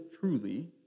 truly